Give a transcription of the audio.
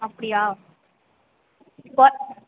அப்படியா வ